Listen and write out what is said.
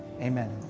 Amen